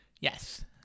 Yes